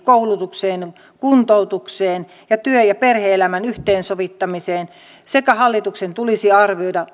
koulutukseen kuntoutukseen ja työ ja perhe elämän yhteensovittamiseen ja hallituksen tulisikin arvioida